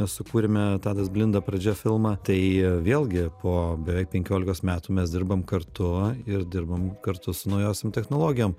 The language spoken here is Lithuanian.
sukūrėme tadas blinda pradžia filmą tai vėlgi po beveik penkiolikos metų mes dirbam kartu ir dirbam kartu su naujausiom technologijom